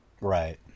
Right